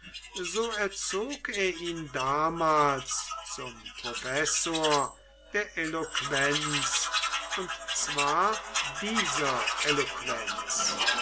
so erzog er ihn damals zum professor der eloquenz und zwar dieser